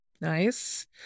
Nice